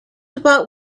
about